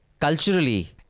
culturally